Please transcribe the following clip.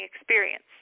experience